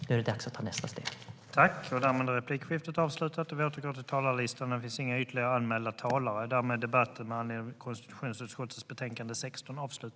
Nu är det dags att ta nästa steg.